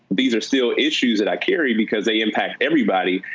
these are still issues that i carry because they impact everybody.